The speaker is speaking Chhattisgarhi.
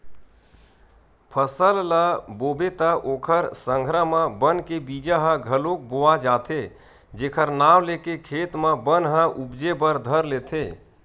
फसल ल बोबे त ओखर संघरा म बन के बीजा ह घलोक बोवा जाथे जेखर नांव लेके खेत म बन ह उपजे बर धर लेथे